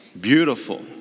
Beautiful